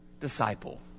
disciple